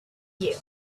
you